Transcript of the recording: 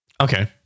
Okay